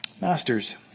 Masters